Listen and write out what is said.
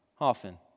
often